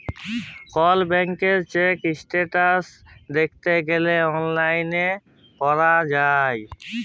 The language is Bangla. কল ব্যাংকের চ্যাক ইস্ট্যাটাস দ্যাইখতে গ্যালে অললাইল ক্যরা যায়